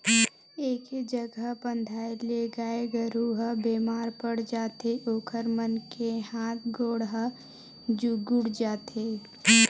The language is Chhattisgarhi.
एके जघा बंधाए ले गाय गरू ह बेमार पड़ जाथे ओखर मन के हात गोड़ ह चुगुर जाथे